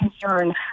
concern